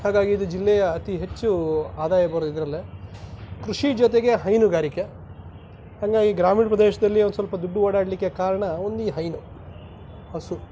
ಹಾಗಾಗಿ ಇದು ಜಿಲ್ಲೆಯ ಅತಿ ಹೆಚ್ಚು ಆದಾಯ ಬರೋದ್ ಇದರಲ್ಲೆ ಕೃಷಿ ಜೊತೆಗೆ ಹೈನುಗಾರಿಕೆ ಹಾಗಾಗಿ ಗ್ರಾಮೀಣ ಪ್ರದೇಶದಲ್ಲಿ ಒಂದು ಸ್ವಲ್ಪ ದುಡ್ಡು ಓಡಾಡಲಿಕ್ಕೆ ಕಾರಣ ಒಂದು ಈ ಹೈನು ಹಸು